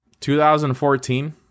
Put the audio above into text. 2014